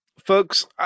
Folks